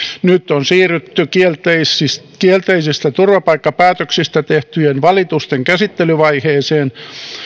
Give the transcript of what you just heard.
nyt on siirrytty kielteisistä kielteisistä turvapaikkapäätöksistä tehtyjen valitusten käsittelyvaiheeseen